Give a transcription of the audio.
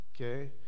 okay